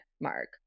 Mark